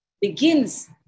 begins